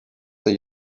the